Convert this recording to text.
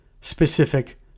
specific